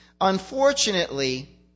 Unfortunately